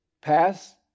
pass